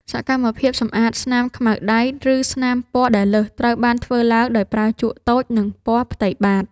សកម្មភាពសម្អាតស្នាមខ្មៅដៃ ឬស្នាមពណ៌ដែលលើស ត្រូវបានធ្វើឡើងដោយប្រើជក់តូច និងពណ៌ផ្ទៃបាត។